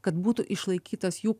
kad būtų išlaikytas jų